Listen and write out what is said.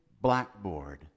blackboard